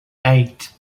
eight